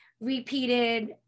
repeated